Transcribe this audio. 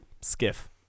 skiff